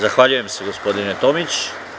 Zahvaljujem se gospodine Tomić.